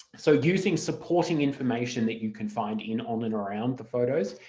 so using supporting information that you can find in, on and around the photos,